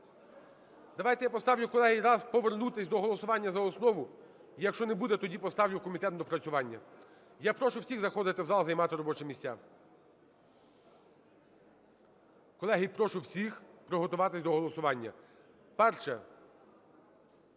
Давайте я поставлю, колеги, раз – повернутися до голосування за основу, якщо не буде, тоді поставлю в комітет на доопрацювання. Я прошу всіх заходити в зал, займати робочі місця. Колеги, прошу всіх приготуватись до голосування. Перше.